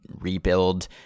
Rebuild